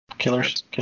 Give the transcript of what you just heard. Killers